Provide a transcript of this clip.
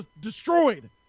destroyed